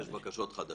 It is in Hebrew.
יש בקשות חדשות.